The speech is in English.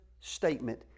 statement